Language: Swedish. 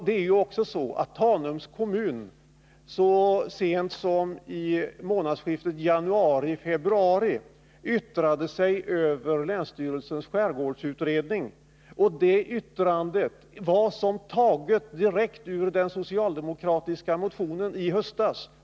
Det är också så att Tanums kommun så sent som vid månadsskiftet januari-februari yttrade sig över länsstyrelsens skärgårdsutredning, och det yttrandet var som taget direkt ur den socialdemokratiska motionen i höstas.